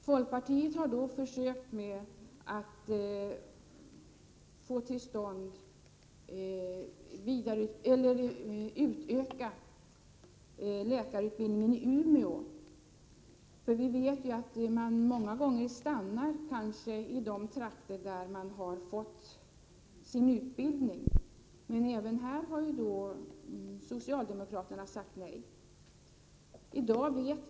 Folkpartiet har därför försökt att få till stånd en utökning av läkarutbildningen i Umeå — som bekant stannar människor många gånger kvar i de trakter där de har fått sin utbildning — men socialdemokraterna har sagt nej även till detta.